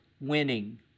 winning